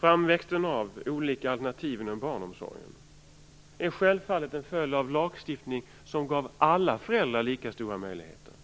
Framväxten av olika alternativ inom barnomsorgen är självfallet en följd av en lagstiftning som gav alla föräldrar lika stora möjligheter.